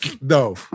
No